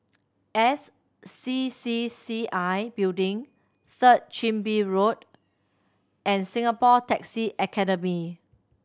S C C C I Building Third Chin Bee Road and Singapore Taxi Academy